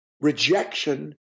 rejection